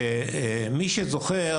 ומי שזוכר,